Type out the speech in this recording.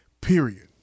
period